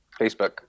Facebook